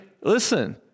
listen